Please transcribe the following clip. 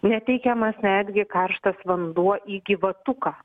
neteikiamas netgi karštas vanduo į gyvatuką